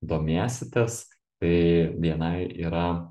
domėsitės tai bni yra